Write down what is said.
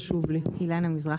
אילנה מזרחי,